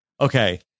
Okay